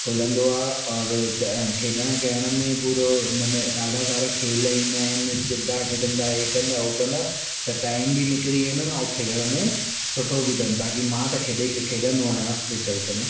खुलंदो आहे और त खेॾण करण में हिन में पूरो ॾाढा सारा खेल ईंदा आहिनि चिद्दा खेॾंदा हीअ कंदा हूअ कंदा त टाईम बि निकरी वेंदुनि ऐं खेॾण में सुठो बि अथनि ताकि मां त खेॾी खेॾंदो आहियां विच विच में